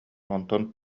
онтон